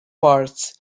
parts